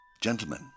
Gentlemen